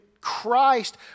Christ